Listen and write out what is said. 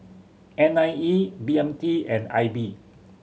N I E B M T and I B